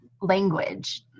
language